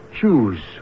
choose